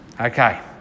Okay